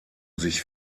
sich